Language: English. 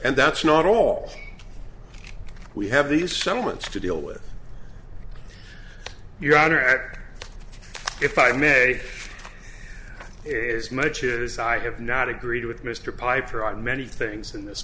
and that's not all we have these settlements to deal with your honor if i may it is much it is i have not agreed with mr piper on many things in this